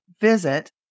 Visit